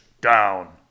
down